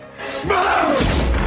Smash